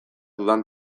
dudan